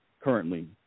currently